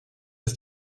ist